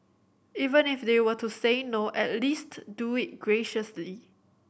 even if they were to say no at least do it graciously